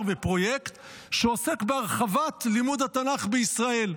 ופרויקט שעוסק בהרחבת לימוד התנ"ך בישראל.